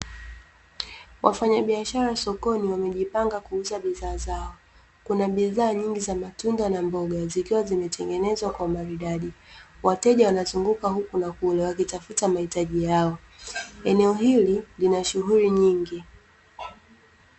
Wafanyabiashara sokoni wamejipanga kuuza bidhaa zao, kuna bidhaa nyingi za matunda na mboga zikiwa zimetengenezwa kwa maridadi, wateja wanazunguka huku na kule wakitafuta mahitaji yao, eneo hili lina shughuli nyingi.